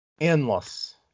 Endless